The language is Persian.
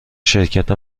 شرکت